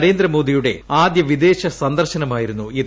നരേന്ദ്രമോദിയുടെ ആദ്യ വിദേശ സന്ദർശനമായിരുന്നു ഇത്